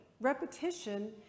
Repetition